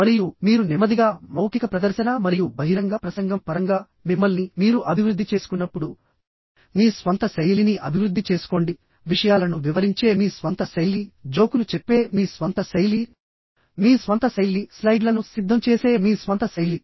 మరియు మీరు నెమ్మదిగా మౌఖిక ప్రదర్శన మరియు బహిరంగ ప్రసంగం పరంగా మిమ్మల్ని మీరు అభివృద్ధి చేసుకున్నప్పుడు మీ స్వంత శైలిని అభివృద్ధి చేసుకోండి విషయాలను వివరించే మీ స్వంత శైలి జోకులు చెప్పే మీ స్వంత శైలి మీ స్వంత శైలి స్లైడ్లను సిద్ధం చేసే మీ స్వంత శైలి